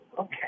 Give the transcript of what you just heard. okay